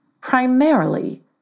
primarily